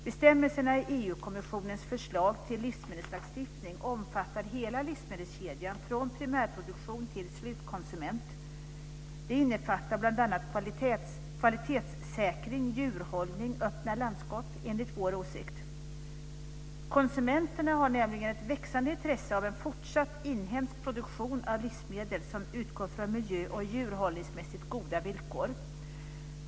Bestämmelserna i EU-kommissionens förslag till livsmedelslagstiftning omfattar hela livsmedelskedjan från primärproduktion till slutkonsument. Det innefattar bl.a. kvalitetssäkring, djurhållning och öppna landskap enligt vår åsikt. Konsumenterna har nämligen ett växande intresse av en fortsatt inhemsk produktion av livsmedel som utgår från miljö och djurhållningsmässigt goda villkor.